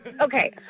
okay